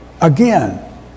again